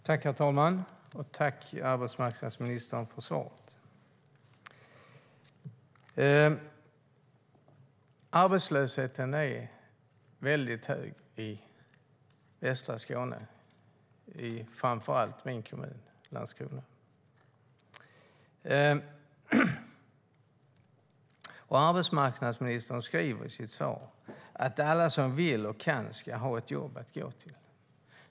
Herr talman! Jag tackar arbetsmarknadsministern för svaret. Arbetslösheten är väldigt hög i västra Skåne, framför allt i min hemkommun Landskrona. Arbetsmarknadsministern säger i sitt svar att alla som vill och kan ska ha ett jobb att gå till.